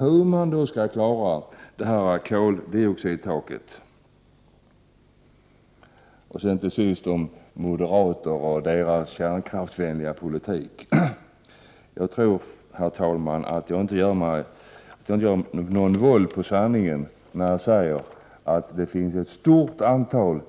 Hur skall man då klara koldioxidtaket? Till sist om moderater och deras kärnkraftsvänliga politik: Jag tror, herr talman, att jag inte gör våld på sanningen när jag säger att det finns ett stort antal